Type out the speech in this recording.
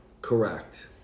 Correct